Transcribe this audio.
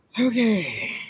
Okay